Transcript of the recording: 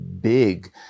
big